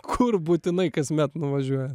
kur būtinai kasmet nuvažiuojat